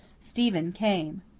stephen came.